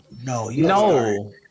No